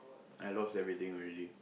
I lost everything already